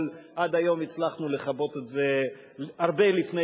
אבל עד היום הצלחנו לכבות את זה הרבה לפני